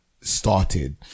started